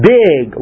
big